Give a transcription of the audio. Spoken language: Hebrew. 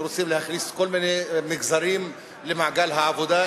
שרוצים להכניס כל מיני מגזרים למעגל העבודה,